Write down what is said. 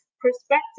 perspective